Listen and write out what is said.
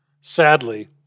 Sadly